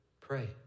pray